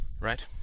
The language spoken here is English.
Right